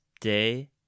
day